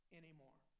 anymore